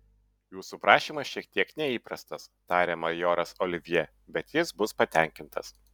jūsų prašymas šiek tiek neįprastas tarė majoras olivjė bet jis bus patenkintas